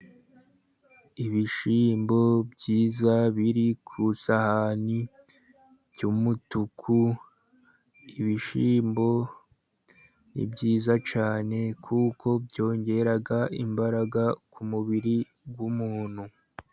Ibishyimbo byiza biri ku isahani by'umutuku, ibishyimbo ni byiza cyane kuko byongera imbaraga ku mubiri w'umuntu.